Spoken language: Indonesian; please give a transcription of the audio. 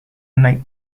naik